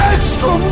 Extra